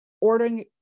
ordering